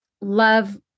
love